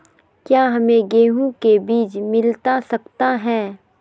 क्या हमे गेंहू के बीज मिलता सकता है?